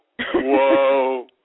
Whoa